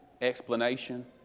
explanation